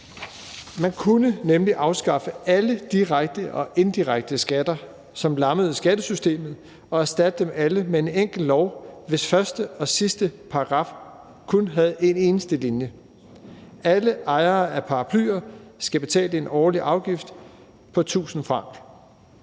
Man kunne nemlig afskaffe alle direkte og indirekte skatter, som lammede skattesystemet, og erstatte dem alle med en enkelt lov, hvis første og sidste paragraf kun havde én eneste linje: Alle ejere af paraplyer skal betale en årlig afgift på 1.000 francs.